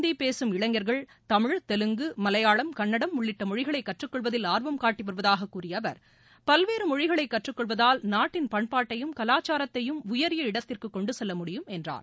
இந்தி பேசும் இளைஞர்கள் தமிழ் தெலுங்கு மலையாளம் கன்னடம் உள்ளிட்ட மொழிகளை கற்றுக்கொள்வதில் ஆர்வம் காட்டி வருவதாக கூறிய அவர் பல்வேறு மொழிகளை கற்றுக்கொள்வதால் நாட்டின் பண்பாட்டையும் கலாச்சாரத்தையும் உயரிய இடத்திற்கு கொண்டுசெல்ல முடியும் என்றார்